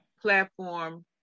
platform